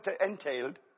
entailed